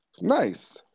Nice